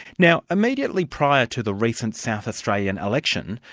now immediately prior to the recent south australian election,